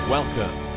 Welcome